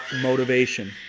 motivation